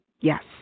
Yes